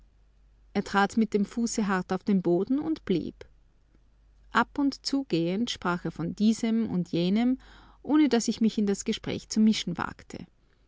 er trat mit dem fuße hart auf den boden und blieb ab und zugehend sprach er von diesem und jenem ohne daß ich mich in das gespräch zu mischen wagte